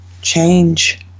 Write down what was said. change